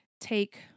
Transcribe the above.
take